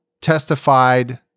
testified